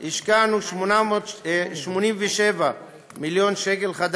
השקענו 87 מיליון ש"ח,